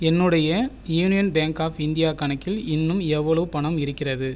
என்னுடைய Union Bank of India கணக்கில் இன்னும் எவ்வளவு பணம் இருக்கிறது